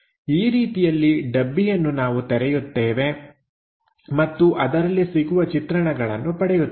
ಈ ರೀತಿಯಲ್ಲಿ ಡಬ್ಬಿಯನ್ನು ನಾವು ತೆರೆಯುತ್ತೇವೆ ಮತ್ತು ಅದರಲ್ಲಿ ಸಿಗುವ ಚಿತ್ರಣಗಳನ್ನು ಪಡೆಯುತ್ತೇವೆ